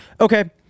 okay